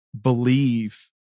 believe